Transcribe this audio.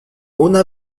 una